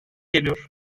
geliyor